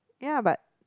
ya but